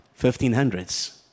1500s